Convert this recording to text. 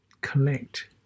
collect